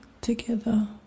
together